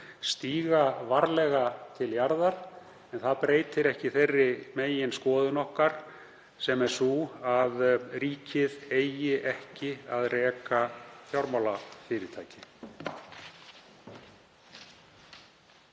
stíga varlega til jarðar. En það breytir ekki þeirri meginskoðun okkar að ríkið eigi ekki að reka fjármálafyrirtæki.